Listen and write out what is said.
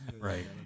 Right